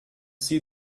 see